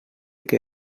que